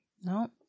No